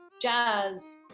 jazz